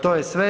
To je sve.